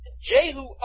Jehu